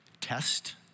Test